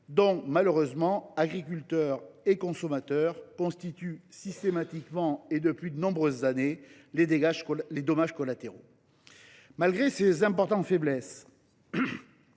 dont les agriculteurs et les consommateurs subissent systématiquement et depuis de nombreuses années les dommages collatéraux. Malgré les importantes faiblesses